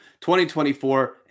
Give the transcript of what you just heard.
2024